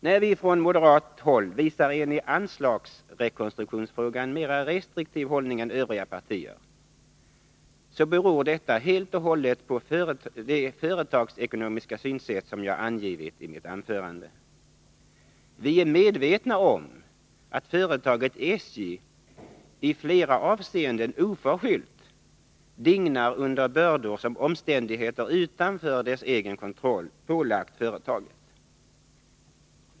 Att vi från moderat håll visar en i anslagsrekonstruktionsfrågan mera restriktiv hållning än övriga partier beror helt och hållet på de företagsekonomiska synsätt som jag angivit i mitt anförande. Vi är medvetna om att företaget SJ i flera avseenden oförskyllt dignar under bördor som omständigheter utanför dess egen kontroll pålagt företaget.